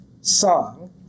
song